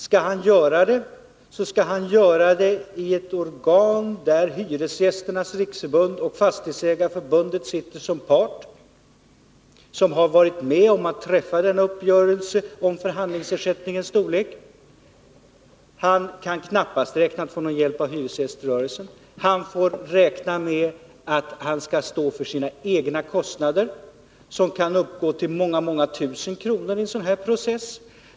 Skall han göra det, skall han göra det i ett organ där representanter för Hyresgästernas riksförbund och Fastighetsägareförbundet, vilka som parter varit med om att träffa uppgörelsen om förhandlingsersättningens storlek, sitter med. Han kan knappast räkna på någon hjälp av hyresgäströrelsen. Han får räkna med att stå för sina egna kostnader, som vid en sådan process kan uppgå till många tusen kronor.